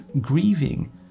grieving